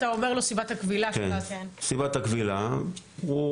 אתה אומר לו מה סיבת הכבילה של העצור.